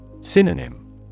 Synonym